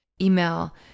email